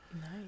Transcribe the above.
Nice